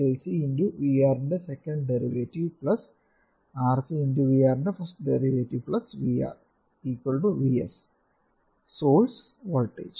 L C × VR ൻറെ second derivative RC x V R ൻറെ first derivative VR VS source voltage